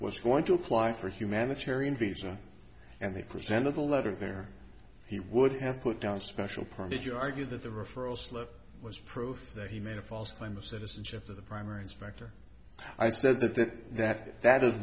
was going to apply for humanitarian visa and they presented a letter there he would have put down a special permit you argue that the referral slip was proof that he made a false claim of citizenship to the primary inspector i said that that that that is